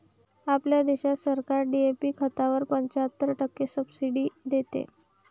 आपल्या देशात सरकार डी.ए.पी खतावर पंच्याहत्तर टक्के सब्सिडी देते